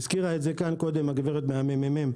הזכירה את זה קודם החוקרת מן הממ"מ.